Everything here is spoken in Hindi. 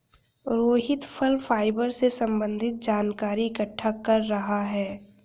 रोहित फल फाइबर से संबन्धित जानकारी इकट्ठा कर रहा है